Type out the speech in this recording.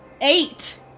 eight